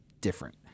different